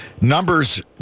Numbers